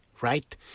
right